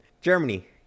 germany